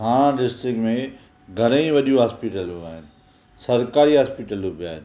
Thane district में घणे ई वडियूं हॉस्पिटलूं आहिनि सरकारी हॉस्पिटलूं बि आहिनि